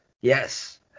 Yes